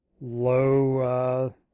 low